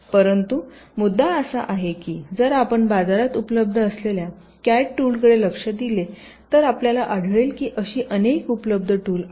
परंतु मुद्दा असा आहे की जर आपण बाजारात उपलब्ध असलेल्या कॅड टूलकडे लक्ष दिले तर आपल्याला आढळेल की अशी अनेक उपलब्ध टूल आहेत